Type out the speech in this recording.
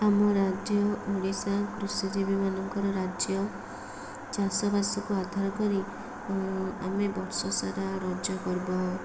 ଆମ ରାଜ୍ୟ ଓଡିଶା କୃଷିଜୀବୀମାନଙ୍କର ରାଜ୍ୟ ଚାଷବାସକୁ ଆଧାର କରି ଆମେ ବର୍ଷସାରା ରଜ ପର୍ବ